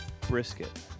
brisket